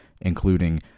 including